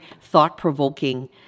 thought-provoking